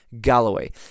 Galloway